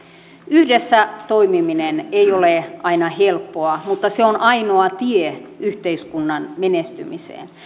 yhdessä toimiminen ei ole aina helppoa mutta se on ainoa tie yhteiskunnan menestymiseen